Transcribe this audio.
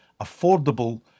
affordable